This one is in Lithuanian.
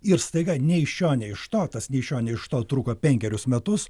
ir staiga nei iš šio nei iš to tas nei iš šio nei iš to truko penkerius metus